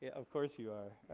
of course you are.